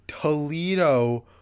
Toledo